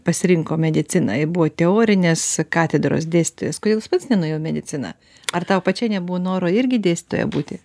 pasirinko mediciną buvo teorinės katedros dėstytojas kudėl jis pats nenuėjo į mediciną ar tau pačiai nebuvo noro irgi dėstytoja būti